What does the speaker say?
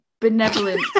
benevolent